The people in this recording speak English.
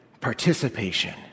participation